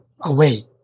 away